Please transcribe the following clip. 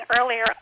earlier